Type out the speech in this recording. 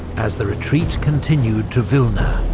as the retreat continued to vilna,